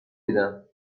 دیدم